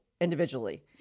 individually